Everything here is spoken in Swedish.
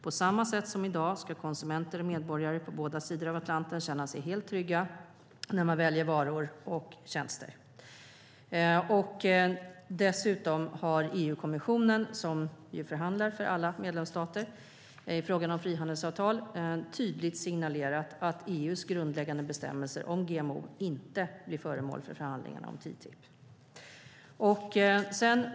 På samma sätt som i dag ska konsumenter och medborgare på båda sidor av Atlanten kunna känna sig helt trygga när de väljer varor och tjänster. Dessutom har EU-kommissionen, som ju förhandlar för alla medlemsstater i frågan om frihandelsavtal, tydligt signalerat att EU:s grundläggande bestämmelser om GMO inte blir föremål för förhandlingarna om TTIP.